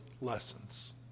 lessons